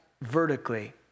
vertically